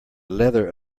leather